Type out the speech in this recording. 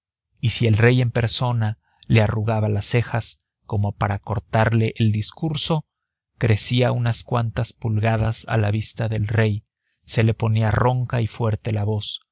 y si el rey en persona le arrugaba las cejas como para cortarle el discurso crecía unas cuantas pulgadas a la vista del rey se le ponía ronca y fuerte la voz